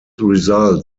result